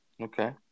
Okay